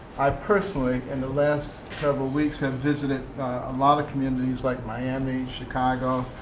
i personally, in the last several weeks, have visited a lot of communities like miami, chicago,